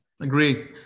agree